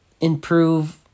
improve